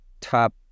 top